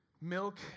Milk